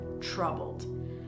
troubled